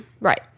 Right